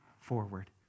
forward